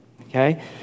okay